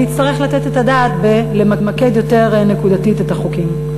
אז נצטרך לתת את הדעת למקד יותר נקודתית את החוקים.